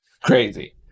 crazy